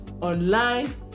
online